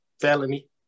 felony